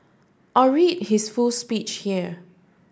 or read his full speech here